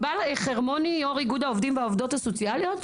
חרמוני, יו"ר איגוד העובדים והעובדות הסוציאליות.